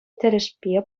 тӗлӗшпе